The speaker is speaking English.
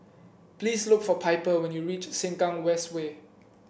please look for Piper when you reach Sengkang West Way